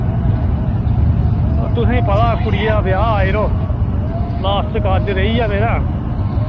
तुसेंगी पता कुड़ियै दा ब्याह् यरो लास्ट कारज़ रेही गेआ मेरा